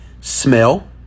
smell